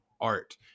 art